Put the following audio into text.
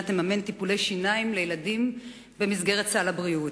תממן טיפולי שיניים לילדים במסגרת סל הבריאות.